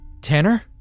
tanner